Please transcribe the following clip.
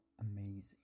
amazing